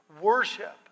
worship